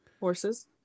horses